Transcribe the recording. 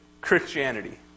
Christianity